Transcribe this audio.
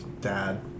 Dad